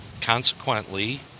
consequently